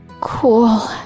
cool